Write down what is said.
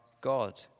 God